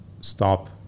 stop